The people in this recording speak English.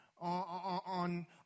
on